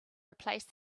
replace